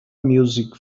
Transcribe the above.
music